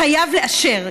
חייב לאשר.